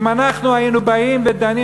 אם אנחנו היינו באים ודנים,